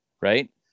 right